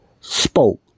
spoke